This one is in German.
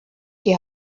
die